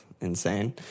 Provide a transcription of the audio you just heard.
Insane